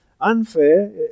unfair